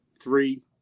three